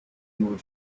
would